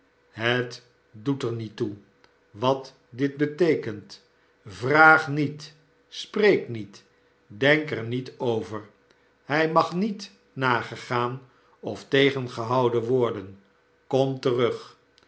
het doet er niet toe wat dit beteekent vraag niet spreek niet denk er niet over hij mag niet nagegaan of tegengehouden worden kom terug